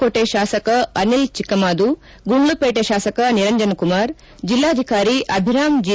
ಕೋಟೆ ಶಾಸಕ ಅನಿಲ್ ಚಿಕ್ಕಮಾದು ಗುಂಡ್ಲಪೇಟೆ ಶಾಸಕ ನಿರಂಜನ್ ಕುಮಾರ್ ಜಿಲ್ಲಾಧಿಕಾರಿ ಅಭಿರಾಮ್ ಜಿ